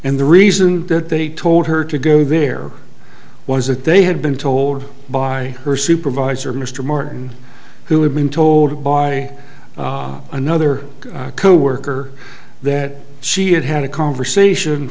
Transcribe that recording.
and the reason that they told her to go there was that they had been told by her supervisor mr martin who had been told by another coworker that she had had a conversation